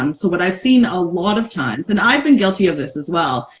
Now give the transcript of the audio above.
um so, what i've seen a lot of times and i've been guilty of this as well.